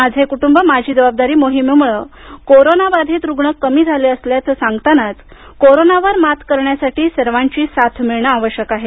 माझे क्टुंब माझी जबाबदारी मोहिमेम्ळे कोरोनाबाधित रुग्ण कमी झाले असल्याचे सांगतानाच कोरोनावर मात करण्यासाठी सर्वांची साथ मिळणं आवश्यक आहे